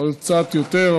יכול להיות שקצת יותר,